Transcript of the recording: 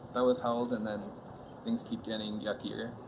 that was held and then things keep getting yuckier.